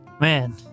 Man